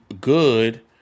good